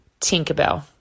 Tinkerbell